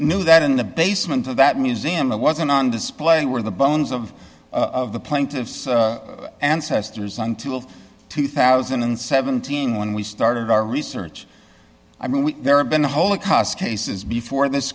knew that in the basement of that museum that wasn't on display were the bones of of the plaintiff's ancestors until two thousand and seventeen when we started our research i mean we there have been a whole acoss cases before this